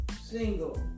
single